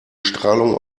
strahlung